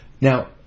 Now